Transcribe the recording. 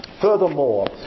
furthermore